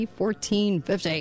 1450